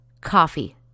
coffee